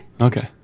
Okay